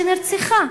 שנרצחה,